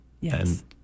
Yes